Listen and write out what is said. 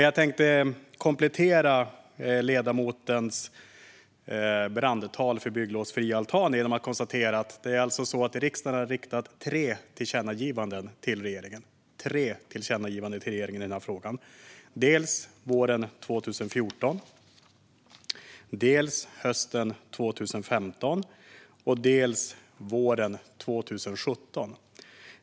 Jag tänkte dock komplettera ledamotens brandtal för bygglovsfria altaner med att konstatera att riksdagen har riktat tre tillkännagivanden till regeringen i den här frågan - våren 2014, hösten 2015 och våren 2017.